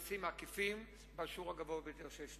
אנחנו המדינה ב-OECD עם המסים העקיפים בשיעור הגבוה ביותר שישנו,